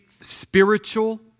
spiritual